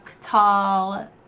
Tall